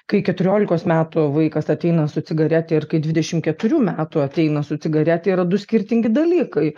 kai keturiolikos metų vaikas ateina su cigarete ir kai dvidešimt keturių metų ateina su cigarete yra du skirtingi dalykai